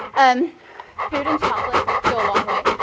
um food and chocolate go a long way.